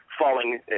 falling